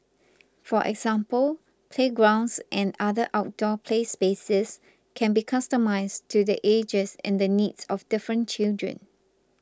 for example playgrounds and other outdoor play spaces can be customised to the ages and needs of different children